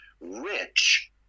rich